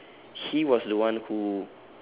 he was the one who